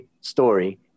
story